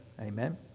Amen